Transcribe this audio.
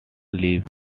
leaves